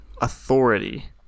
authority